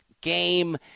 game